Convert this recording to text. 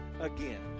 again